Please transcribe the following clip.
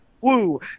woo